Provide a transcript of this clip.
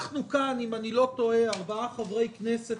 אנחנו כאן, אם אני לא טועה, ארבעה חברי כנסת